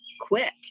quick